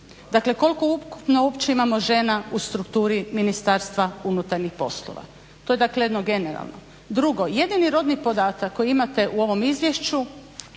dakle koliko ukupno uopće imamo žena u strukturi Ministarstva unutarnjih poslova. To je dakle jedno generalno. Drugo, jedini rodni podatak koji imate u ovom izvješću